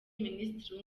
minisitiri